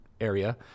area